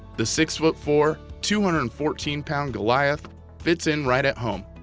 the six-foot-four, two hundred and fourteen pound goliath fits in right at home,